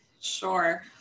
Sure